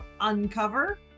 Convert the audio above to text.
Uncover